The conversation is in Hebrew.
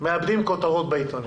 מאבדים כותרות בעיתונים.